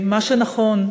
מה שנכון,